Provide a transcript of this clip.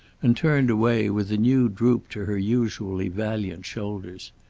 and turned away, with a new droop to her usually valiant shoulders.